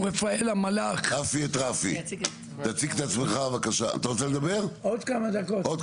רפי, תן לאחרים לדבר, אנחנו לא מתקדמים.